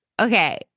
Okay